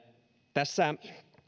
tässä